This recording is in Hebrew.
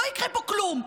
לא יקרה פה כלום.